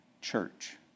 church